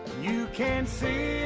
you can see